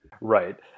Right